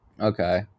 Okay